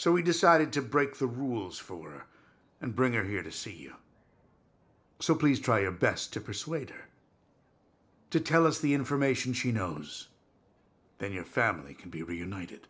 so we decided to break the rules for and bring her here to see you so please try your best to persuade her to tell us the information she knows that your family can be united